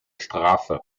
strafe